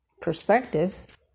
perspective